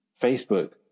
Facebook